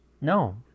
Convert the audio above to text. No